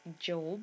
Job